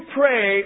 pray